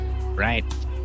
Right